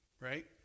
right